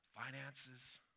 Finances